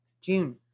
June